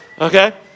okay